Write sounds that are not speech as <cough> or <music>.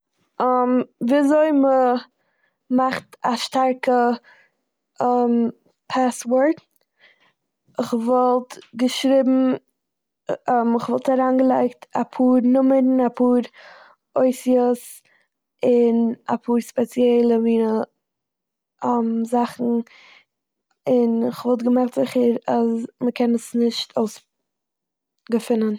<hesitation> וויזוי מ'מאכט א שטארקע <hesitation> פעסוואורד. כ'וואלט געשריבן- כ'וואלט אריינגעלייגט אפאר נומערן, אפאר אותיות, און אפאר ספעציעלע מינע <hesitation> זאכן, און כ'וואלט געמאכט זיכער אז מ'קען עס נישט אויסגעפינען.